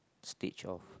stage of